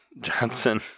Johnson